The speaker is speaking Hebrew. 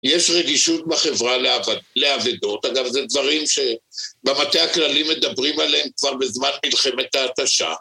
יש רגישות בחברה לאב.. לאבדות, אגב זה דברים שבמטה הכללי מדברים עליהם כבר בזמן מלחמת ההתשה.